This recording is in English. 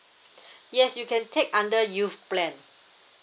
yes you can take under youth plan